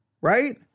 right